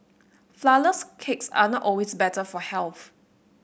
flourless cakes are not always better for health